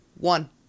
one